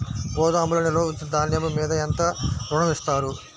గోదాములో నిల్వ ఉంచిన ధాన్యము మీద ఎంత ఋణం ఇస్తారు?